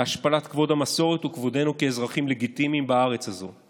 להשפלת כבוד המסורת וכבודנו כאזרחים לגיטימיים בארץ הזו.